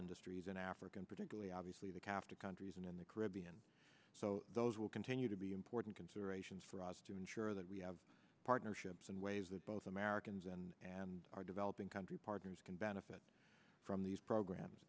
industries in africa and particularly obviously the cap to countries in the caribbean so those will continue to be important considerations for us to ensure that we have partnerships and ways that both americans and and are developing country partners can benefit from these programs